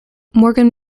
morgan